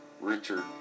Richard